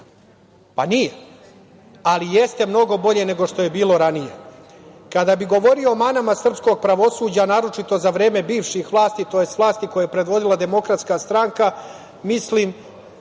Nije, ali jeste mnogo bolje nego što je bilo ranije. Kada bih govorio o manama srpskog pravosuđa, naročito za vreme bivših vlasti, tj. vlasti koju je predvodila DS mislim